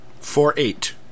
Four-eight